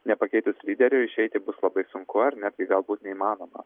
nepakeitus lyderio išeiti bus labai sunku ar netgi galbūt neįmanoma